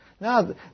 Now